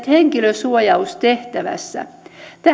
henkilösuojaustehtävässä